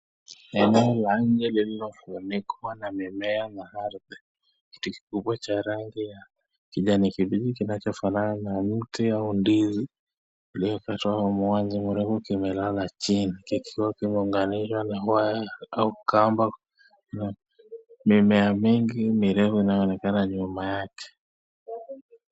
Ni eneo la nje lililofunikwa na mimea na ardhi. Kitu kikubwa cha rangi ya kijani kibichi kinachofanana na mti au ndizi kimekatwa kwa uamuzi mrefu kimelala chini. Kikiwa kimeunganishwa na waya au kamba. Kuna mimea mingi mirefu inayoonekana nyuma yake.